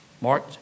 Mark